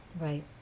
Right